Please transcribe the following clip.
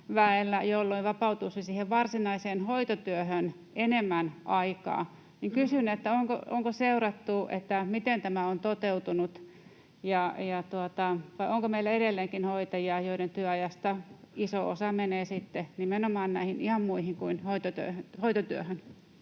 jolloin vapautuisi siihen varsinaiseen hoitotyöhön enemmän aikaa. Kysyn, onko seurattu, miten tämä on toteutunut, vai onko meillä edelleenkin hoitajia, joiden työajasta iso osa menee nimenomaan näihin ihan muihin kuin hoitotyöhön.